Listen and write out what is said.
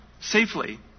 safely